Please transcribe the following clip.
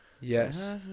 Yes